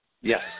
Yes